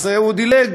אז הוא דילג,